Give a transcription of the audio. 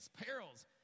perils